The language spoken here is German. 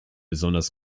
besonders